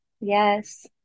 yes